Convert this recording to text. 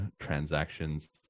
transactions